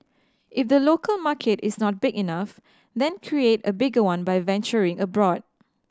if the local market is not big enough then create a bigger one by venturing abroad